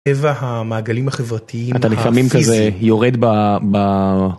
הטבע, המעגלים החברתיים, פיזי. אתה לפעמים כזה יורד ב ב...